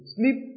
Sleep